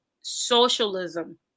socialism